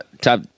Top